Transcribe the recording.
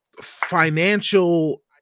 financial